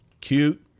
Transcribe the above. Cute